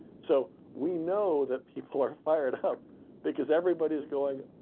so we know that people are fired up because everybody's going,